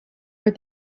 are